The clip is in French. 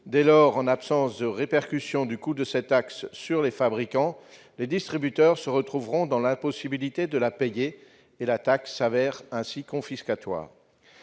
Dès lors, en l'absence de répercussion de son coût sur les fabricants, les distributeurs se retrouveront dans l'impossibilité de payer cette taxe, qui s'avère ainsi confiscatoire.